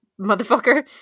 motherfucker